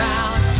out